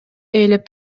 ээлеп